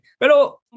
Pero